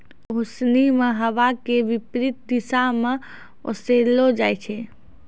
ओसोनि मे हवा के विपरीत दिशा म ओसैलो जाय छै